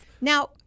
Now